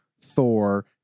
Thor